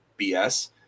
bs